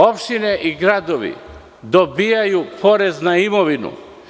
Opštine i gradovi dobijaju porez na imovinu.